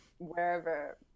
wherever